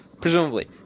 presumably